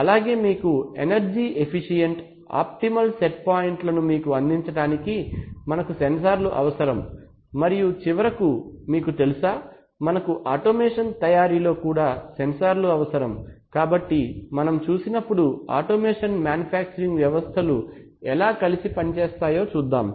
అలాగే మీకు energy efficient optimal set పాయింట్లను మీకు అందించడానికి మనకు సెన్సార్లు అవసరం మరియు చివరకు మీకు తెలుసా మనకు ఆటోమేషన్ తయారీ లో కూడా సెన్సార్లు అవసరం కాబట్టి మనం చూసినప్పుడు ఆటోమేషన్ మాన్యుఫాక్చరింగ్ వ్యవస్థలు ఎలా కలిసి పని చేస్తాయో చూద్దాం